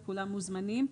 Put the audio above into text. כולם מוזמנים.